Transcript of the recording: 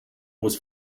was